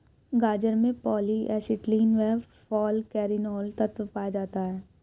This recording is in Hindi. गाजर में पॉली एसिटिलीन व फालकैरिनोल तत्व पाया जाता है